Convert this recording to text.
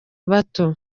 bato